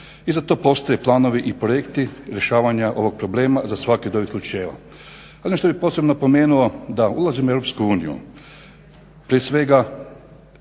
I za to postoje planovi i projekti rješavanja ovog problema za svaki od ovih slučajeva. Ono što bih posebno napomenuo da ulazimo u EU prije